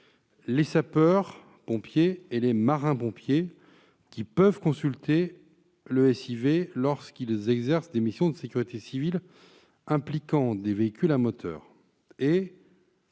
les sapeurs-pompiers et les marins-pompiers pourraient consulter le SIV lorsqu'ils exercent des missions de sécurité civile impliquant des véhicules à moteur.